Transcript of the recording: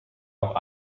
auch